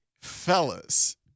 fellas